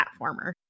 platformer